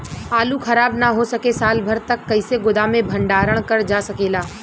आलू खराब न हो सके साल भर तक कइसे गोदाम मे भण्डारण कर जा सकेला?